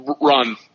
run